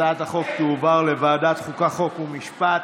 הצעת החוק תועבר לוועדת החוקה, חוק ומשפט.